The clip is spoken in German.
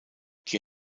die